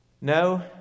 No